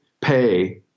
pay